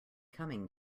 coming